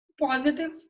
positive